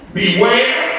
beware